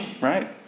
right